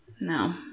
No